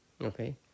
Okay